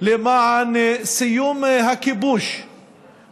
למען סיום הכיבוש